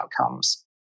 outcomes